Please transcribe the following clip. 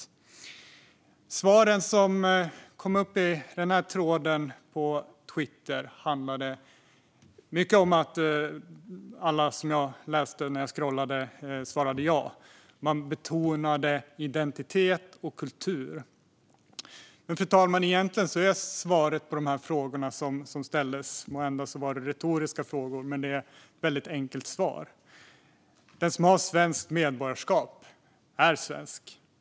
I de svar som kom upp i tråden på Twitter och som jag läste när jag skrollade sa alla ja. Man betonade identitet och kultur. Men, fru talman, egentligen är svaret på dessa, måhända retoriska, frågor som ställdes väldigt enkelt. Den som har svenskt medborgarskap är svensk.